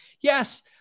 Yes